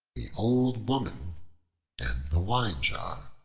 the old woman and the wine-jar